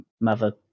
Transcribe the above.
mother